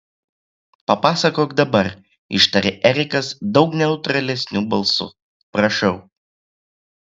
papasakok dabar ištarė erikas daug neutralesniu balsu prašau